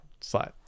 Slide